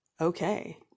okay